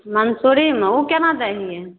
मंसूरीमे ओ केना दै हियै